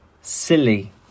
silly